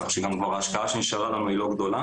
אז ככה שההשקעה שנשארה לנו היא לא גדולה.